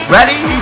Ready